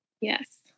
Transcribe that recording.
Yes